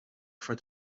for